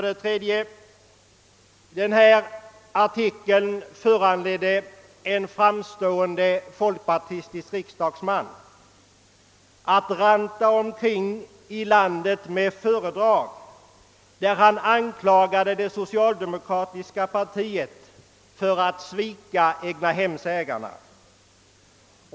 Den nämnda artikeln föranledda en framstående folkpartistisk riksdagsman att ranta omkring i landet och hålla föredrag i vilka han anklagade det socialdemokratiska partiet för att svika egnahemsägarna.